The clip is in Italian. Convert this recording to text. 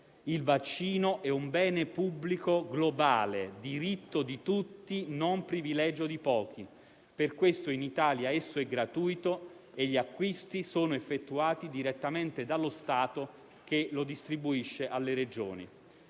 il vaccino è un bene pubblico globale, diritto di tutti e non privilegio di pochi. Per questo in Italia esso è gratuito e gli acquisti sono effettuati direttamente dallo Stato, che lo distribuisce alle Regioni.